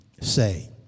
say